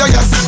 yes